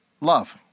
love